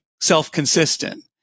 self-consistent